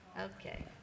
Okay